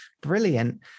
brilliant